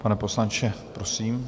Pane poslanče, prosím.